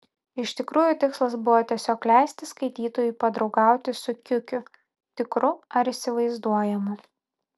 iš tikrųjų tikslas buvo tiesiog leisti skaitytojui padraugauti su kiukiu tikru ar įsivaizduojamu